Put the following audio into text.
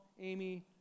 Amy